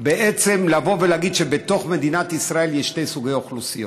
בעצם לבוא ולהגיד שבתוך מדינת ישראל יש שני סוגי אוכלוסיות.